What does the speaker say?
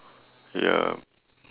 ya